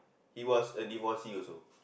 he was a divorcee also